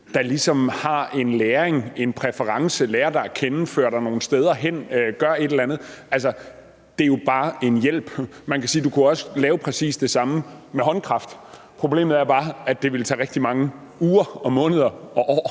der ligesom har en læring, en præference, lærer dig at kende, fører dig nogle steder hen, gør et eller andet. Det er jo bare en hjælp. Man kunne sige, at man kunne lave præcis det samme med håndkraft, men problemet er bare, at det ville tage rigtig mange uger og måneder og år